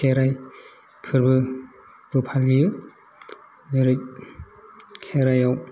खेराय फोरबोबो फालियो जेरै खेराइयाव